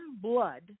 blood